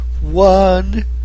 one